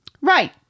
Right